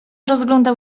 rozglądał